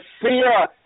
fear